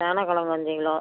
சேனக்கிலங்கு அஞ்சு கிலோ